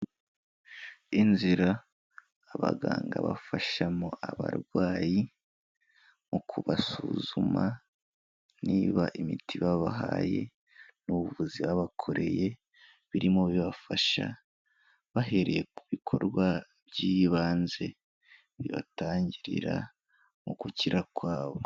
Inzira abaganga bafashamo abarwayi, mu kubasuzuma niba imiti babahaye n'ubuvuzi babakoreye birimo bibafasha, bahereye ku bikorwa by'ibanze, bibatangirira mu gukira kwabo.